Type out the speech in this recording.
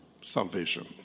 salvation